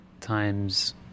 times